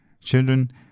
Children